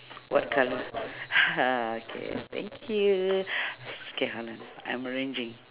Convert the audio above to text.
what colour okay thank you I'm arranging